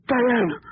Diane